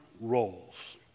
roles